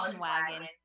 wagon